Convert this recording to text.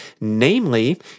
namely